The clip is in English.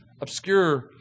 obscure